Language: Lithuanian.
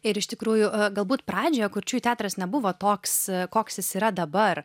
ir iš tikrųjų galbūt pradžioje kurčiųjų teatras nebuvo toks koks jis yra dabar